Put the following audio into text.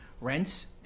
rents